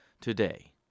today